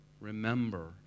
Remember